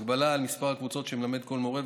בהגבלה על מספר הקבוצות שמלמד כל מורה,